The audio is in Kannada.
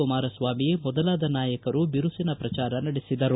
ಕುಮಾರಸ್ಥಾಮಿ ಮೊದಲಾದ ನಾಯಕರು ಬಿರುಸಿನ ಪ್ರಚಾರ ನಡೆಸಿದರು